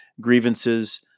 grievances